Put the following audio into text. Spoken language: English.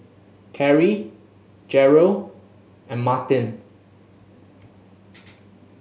Karie Jerrel and Martin